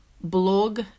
Blog